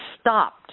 stopped